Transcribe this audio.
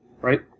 right